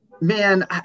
man